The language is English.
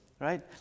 right